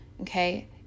okay